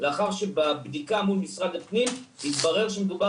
לאחר שבבדיקה מול משרד הפנים התברר שמדובר